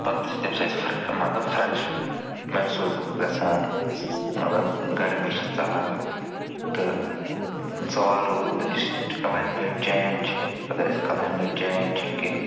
پتہٕ چھِ تَمہِ سۭتۍ فر مطلب فرٮ۪ش محسوٗس گژھان مطلب گرمی چھِ ژلان تہٕ سوال روٗد یُس کٕلایمیٹ چینج چھِ اگر أسۍ کٕلایمیٹ چینج چھِ کہ